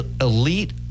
elite